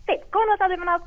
taip kauno tado ivanausko